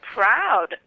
proud